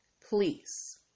Please